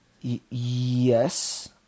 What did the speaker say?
Yes